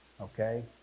okay